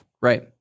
Right